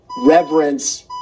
reverence